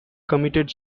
committed